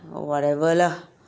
whatever lah